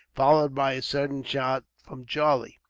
followed by a sudden shout from charlie.